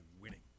winning